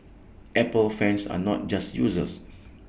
Apple fans are not just users